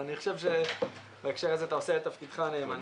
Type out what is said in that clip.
אז אני חושב שבהקשר הזה אתה עושה את תפקידך נאמנה.